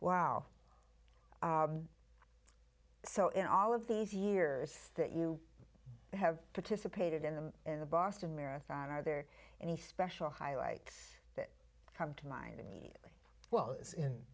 wow so in all of these years that you have participated in them in the boston marathon are there any special highlights that come to mind immediately well it's in